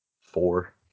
Four